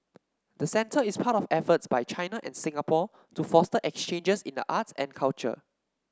the center is part of efforts by China and Singapore to foster exchanges in the arts and culture